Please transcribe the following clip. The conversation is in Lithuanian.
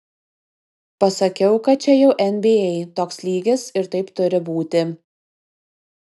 pasakiau kad čia jau nba toks lygis ir taip turi būti